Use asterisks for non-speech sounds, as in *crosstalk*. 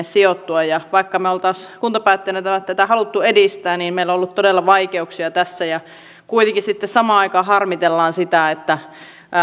*unintelligible* sijoittua ja vaikka me olisimme kuntapäättäjinä tätä halunneet edistää niin meillä on ollut todella vaikeuksia tässä kuitenkin sitten samaan aikaan harmitellaan sitä että